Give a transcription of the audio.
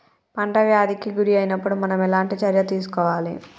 పంట వ్యాధి కి గురి అయినపుడు మనం ఎలాంటి చర్య తీసుకోవాలి?